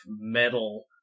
metal